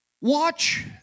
Watch